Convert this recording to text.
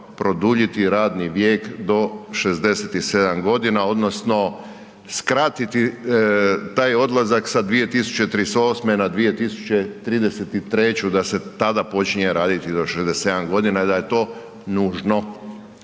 produljiti radni vijek do 67 g. odnosno skratiti taj odlazak sa 2038. na 2033. da ste tada počinje raditi do 67 g. i da je to nužno.